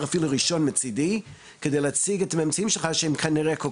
אפילו ראשון מבחינתי וזאת על מנת שתציג לנו את הממצאים שלך שהם כנראה כל